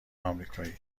آمریکایی